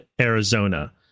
Arizona